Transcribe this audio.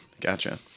gotcha